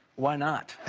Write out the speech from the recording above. why not.